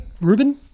Ruben